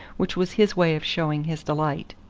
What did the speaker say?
which was his way of showing his delight.